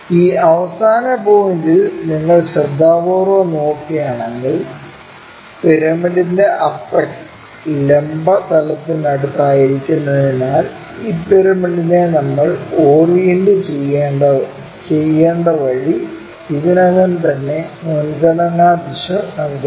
ഈ അവസാന പോയിന്റിൽ നിങ്ങൾ ശ്രദ്ധാപൂർവ്വം നോക്കുകയാണെങ്കിൽ പിരമിഡിന്റെ അപെക്സ് ലംബ തലത്തിനടുത്തായിരിക്കുന്നതിനാൽ ഈ പിരമിഡിനെ നമ്മൾ ഓറിയന്റുചെയ്യേണ്ട വഴി ഇതിനകം തന്നെ മുൻഗണനാ ദിശ നൽകുന്നു